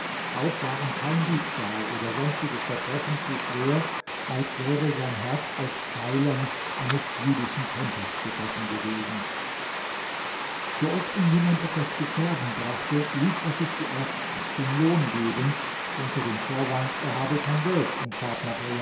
auch war ihm kein diebstahl oder sonstiges verbrechen zu schwer als wäre sein herz aus pfeilern eines jüdischen tempels gegossen gewesen sooft ihm jemand etwas zu färben brachte ließ er sich zuerst den lohn geben unter dem vorwand er habe kein geld um